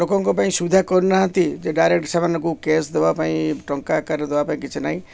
ଲୋକଙ୍କ ପାଇଁ ସୁବିଧା କରୁନାହାନ୍ତି ଯେ ଡାଇରେକ୍ଟ ସେମାନଙ୍କୁ କେସ୍ ଦେବା ପାଇଁ ଟଙ୍କା ଆକାରରେ ଦେବା ପାଇଁ କିଛି ନାହିଁ